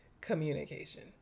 communication